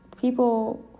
people